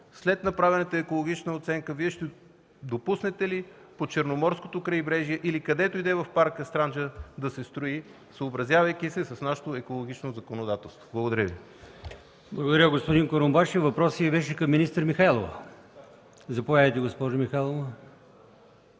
след направената екологична оценка Вие ще допуснете ли по Черноморското крайбрежие или където и да е в парка „Странджа” да се строи, съобразявайки се с нашето екологично законодателство? Благодаря Ви. ПРЕДСЕДАТЕЛ АЛИОСМАН ИМАМОВ: Благодаря, господин Курумбашев. Въпросът Ви беше към министър Михайлова. Заповядайте, госпожо Михайлова.